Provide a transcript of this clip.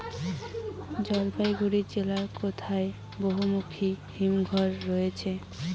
জলপাইগুড়ি জেলায় কোথায় বহুমুখী হিমঘর রয়েছে?